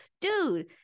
Dude